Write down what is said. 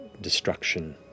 destruction